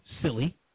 silly